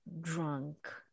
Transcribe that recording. drunk